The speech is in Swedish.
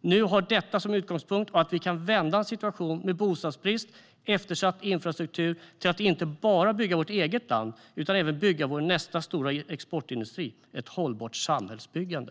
nu har detta som utgångspunkt och att vi kan vända en situation med bostadsbrist och eftersatt infrastruktur till att vi inte bara bygger vårt eget land utan även bygger vår nästa stora exportindustri: ett hållbart samhällsbyggande.